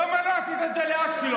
למה לא עשית את זה בשביל אשקלון?